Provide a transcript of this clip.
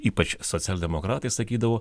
ypač socialdemokratai sakydavo